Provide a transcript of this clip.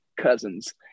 Cousins